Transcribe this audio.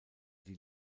die